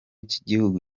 cy’igihugu